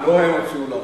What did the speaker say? לא הם הוציאו לרחובות.